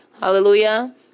Hallelujah